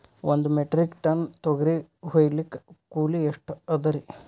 ಒಂದ್ metric ton ತೊಗರಿ ಹೋಯಿಲಿಕ್ಕ ಕೂಲಿ ಎಷ್ಟ ಅದರೀ?